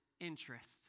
interest